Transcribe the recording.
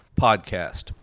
podcast